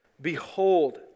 Behold